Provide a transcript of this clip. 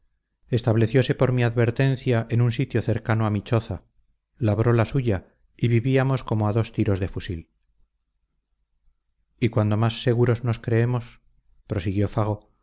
comunidad estableciose por mi advertencia en un sitio cercano a mi choza labró la suya y vivíamos como a dos tiros de fusil y cuando más seguros nos creemos prosiguió fago